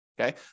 Okay